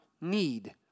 need